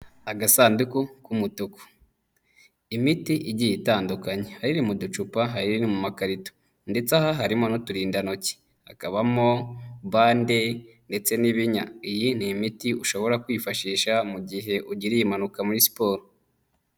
Agasanduku k'umutuku, imiti igiye itandukanye, hari iri mu ducupa hari iri mu makarito. Ndetse aha harimo n'uturindantoki, hakabamo bande ndetse n'ibinya, iyi ni imiti ushobora kwifashisha mu gihe ugiriye impanuka muri siporo.